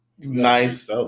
Nice